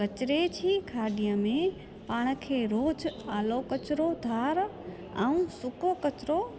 कचिरे जी गाॾीअ में पाण खे रोज़ु आलो कचिरो धार ऐं सुको कचिरो